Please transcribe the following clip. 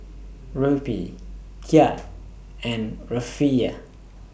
Rupee Kyat and Rufiyaa